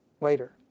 later